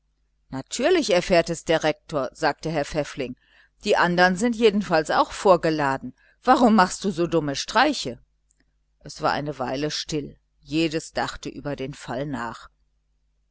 natürlich erfährt das der rektor sagte herr pfäffling die anderen sind jedenfalls auch vorgeladen warum machst du so dumme streiche es war eine weile still jedes dachte über den fall nach